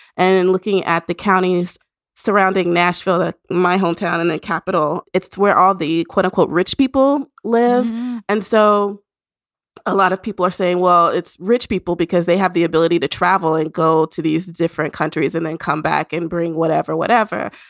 and and looking at the counties surrounding nashville, that's my hometown and the capital. it's where all the quote unquote, rich people live and so a lot of people are saying, well, it's rich people because they have the ability to travel and go to these different countries and then come back and bring whatever whatever.